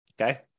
Okay